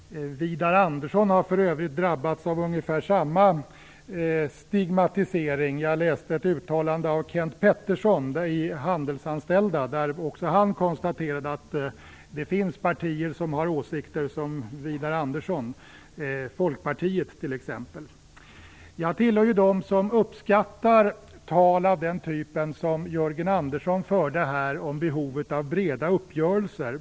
Widar Andersson har för övrigt drabbats av ungefär samma stigmatisering. Jag läste ett uttalande av Kenth Petterson i Handelsanställdas förbund, där han konstaterade att det finns partier som har samma åsikter som Widar Andersson, t.ex. Folkpartiet. Jag tillhör dem som uppskattar tal av den typ som Jörgen Andersson här gav prov på i fråga om behovet av breda uppgörelser.